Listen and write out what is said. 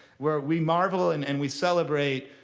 where we marvel and and we celebrate